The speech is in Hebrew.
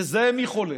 נזהה מי חולה,